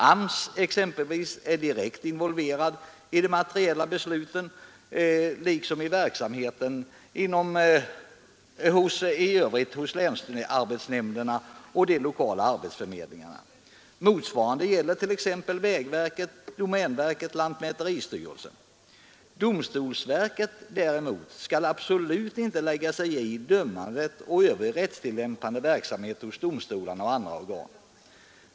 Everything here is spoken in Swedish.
AMS, exempelvis, är direkt involverad i de materiella besluten liksom i verksamheten i övrigt hos länsarbetsnämnderna och de lokala arbetsförmedlingarna. Motsvarande gäller för t.ex. vägverket, domänverket, lantmäteristyrelsen. Domstolsverket däremot skall absolut inte lägga sig i främmande och övrig rättstillämpande verksamhet hos domstolar och andra organ.